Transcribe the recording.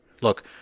Look